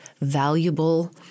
valuable